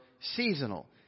seasonal